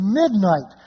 midnight